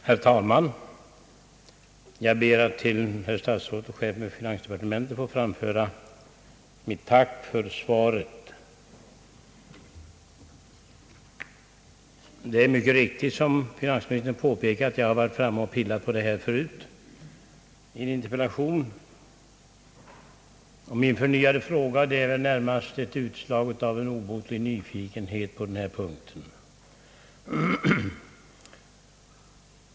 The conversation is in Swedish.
Herr talman! Jag ber att till statsrådet och chefen för finansdepartementet få framföra mitt tack för svaret. Det är alldeles riktigt, som finansministern påpekar, att jag tidigare har berört detta spörsmål i en interpellation. Min förnyade fråga är väl närmast ett utslag av obotlig nyfikenhet på denna punkt.